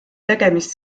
tegemist